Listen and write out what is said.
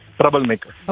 troublemaker